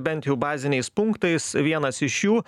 bent jau baziniais punktais vienas iš jų